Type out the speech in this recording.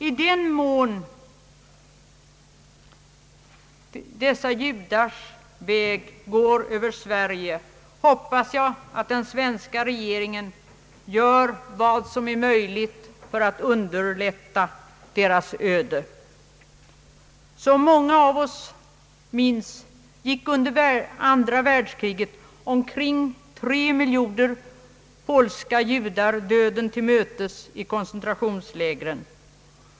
I den mån de flyende judarnas väg går över Sverige, hoppas jag att den svenska regeringen gör vad som är möjligt för att underlätta deras öde. Som många av oss minns gick under andra världskriget omkring 3 miljoner polska judar döden till mötes i koncentrationslägren.